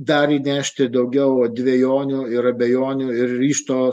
dar įnešti daugiau dvejonių ir abejonių ir ryžto